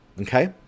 Okay